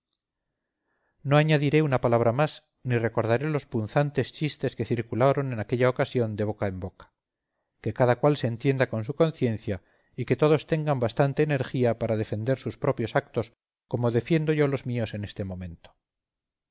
no añadiré una palabra más ni recordaré los punzantes chistes que circularon en aquella ocasión de boca en boca que cada cual se entienda con su conciencia y que todos tengan bastante energía para defender sus propios actos como defiendo yo los míos en este momento